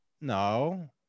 no